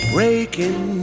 Breaking